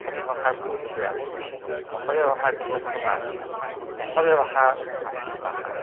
অসমীয়া ভাষাৰ পৰিচয় আছে অসমীয়া ভাষাৰ নিজস্বতা আছে অসমীয়া ভাষা প্ৰাচীন ভাষা